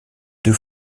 deux